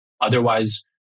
Otherwise